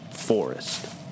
forest